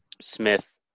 Smith